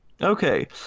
Okay